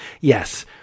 Yes